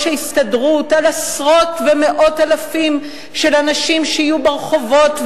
ההסתדרות על עשרות ומאות אלפים של אנשים שיהיו ברחובות,